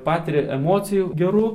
patiria emocijų gerų